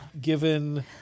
given